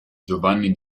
giovanni